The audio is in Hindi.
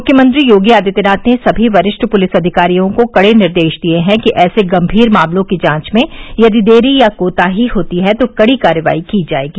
मुख्यमंत्री योगी आदित्यनाथ ने सभी वरिष्ठ पुलिस अधिकारियो को कड़े निर्देश दिए हैं कि ऐसे गम्भीर मामलों की जांच में यदि देरी या कोताही होती है तो कड़ी कार्रवाई की जाएगी